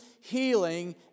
healing